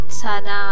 sana